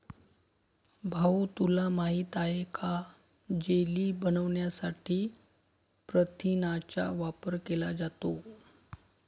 भाऊ तुला माहित आहे का जेली बनवण्यासाठी प्रथिनांचा वापर केला जातो